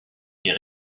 est